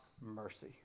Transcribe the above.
mercy